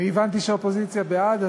הבנתי שהאופוזיציה בעד,